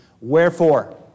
wherefore